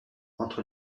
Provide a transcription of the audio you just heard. entre